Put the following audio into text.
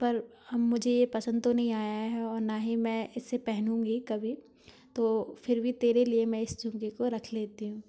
पर आ मुझे ये पसंद तो नहीं आया है और ना ही मैं इसे पहनूँगी कभी तो फिर भी तेरे लिए मैं इस झुमके को रख लेती हूँ